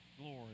glory